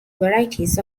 varieties